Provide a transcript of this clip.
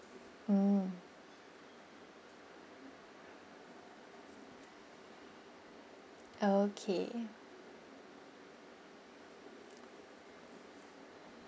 mm okay